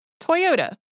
Toyota